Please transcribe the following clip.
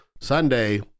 sunday